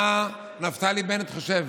מה נפתלי בנט חושב